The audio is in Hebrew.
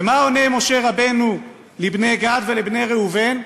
ומה עונה משה רבנו לבני גד ולבני ראובן?